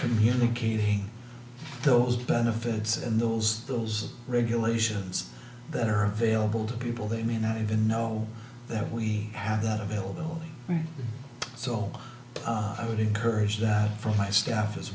communicating those benefits and those those regulations that are available to people they may not even know that we have that availability so i would encourage that from my staff as